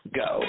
go